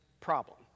problem